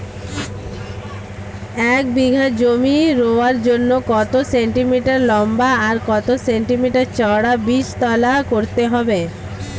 এক বিঘা জমি রোয়ার জন্য কত সেন্টিমিটার লম্বা আর কত সেন্টিমিটার চওড়া বীজতলা করতে হবে?